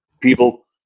people